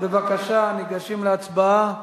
בבקשה, ניגשים להצבעה.